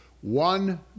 one